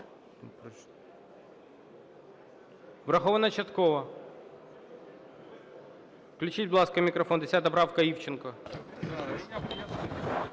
Врахована частково. Включіть, будь ласка, мікрофон. 10 правка, Івченко.